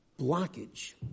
blockage